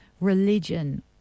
religion